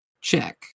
Check